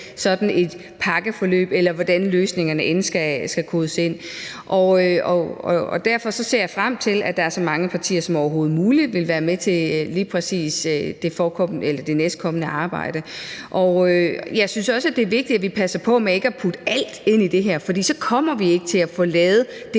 sådan et pakkeforløb eller sådanne løsninger end skal kodes ind. Derfor ser jeg frem til, at der er så mange partier som overhovedet muligt, der vil være med til lige præcis det kommende arbejde. Jeg synes også, det er vigtigt, at vi passer på med ikke at putte alt ind i det her, fordi vi så vi ikke kommer til at få lavet det,